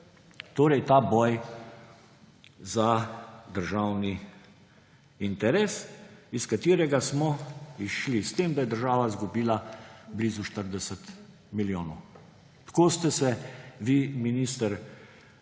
torej ta boj za državni interes, iz katerega smo izšli s tem, da je država izgubila blizu 40 milijonov. Tako ste se vi, minister,